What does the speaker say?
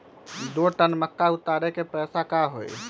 दो टन मक्का उतारे के पैसा का होई?